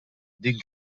din